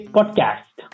Podcast